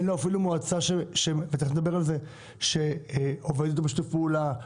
אין לו אפילו מועצה שעובדת איתו בשיתוף פעולה,